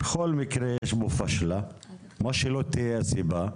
בכל מקרה, יש פה פשלה, מה שלא תהיה הסיבה.